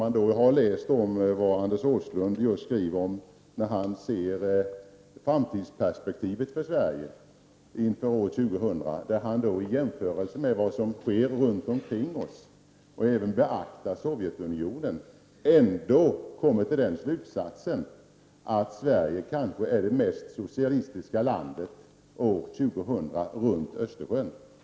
Anders Åslund har skrivit om sitt framtidsperspektiv på Sverige inför år 2000 i ljuset av det som sker runt omkring oss. Han kommer fram till slutsatsen att Sverige år 2000 kanske kommer att vara det mest socialistiska av länderna omkring Östersjön, inberäknat Sovjetunionien.